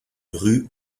rue